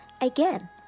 again